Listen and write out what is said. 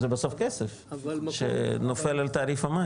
זה בסוף כסף שנופל על תעריף המים.